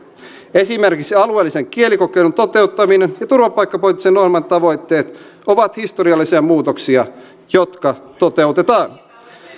esimerkiksi alueellisen kielikokeilun toteuttaminen ja turvapaikkapoliittisen ohjelman tavoitteet ovat historiallisia muutoksia jotka toteutetaan